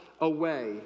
away